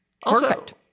Perfect